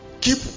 keep